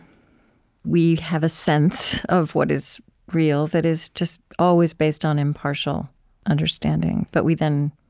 we have a sense of what is real that is just always based on impartial understanding. but we then